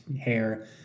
hair